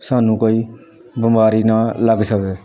ਸਾਨੂੰ ਕੋਈ ਬਿਮਾਰੀ ਨਾ ਲੱਗ ਸਕੇ